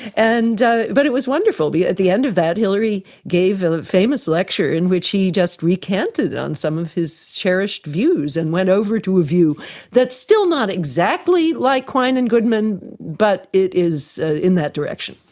and but it was wonderful. at the end of that hilary gave a famous lecture in which he just recanted on some of his cherished views and went over to a view that's still not exactly like quine and goodman but it is ah in that direction.